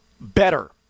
better